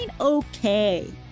Okay